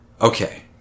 Okay